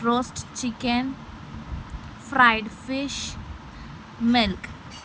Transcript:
roast chicken fried fish milk